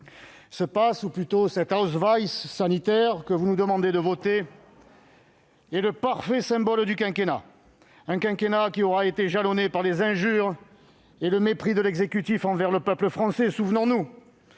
ce passe ou plutôt cet sanitaire que l'on nous demande de voter est le parfait symbole du quinquennat, un quinquennat qui aura été jalonné par les injures et le mépris de l'exécutif envers le peuple français ! Souvenons-nous